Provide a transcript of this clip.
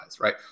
right